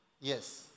Yes